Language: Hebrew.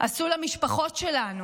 עשו למשפחות שלנו.